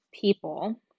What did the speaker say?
people